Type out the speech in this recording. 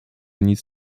nic